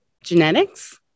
genetics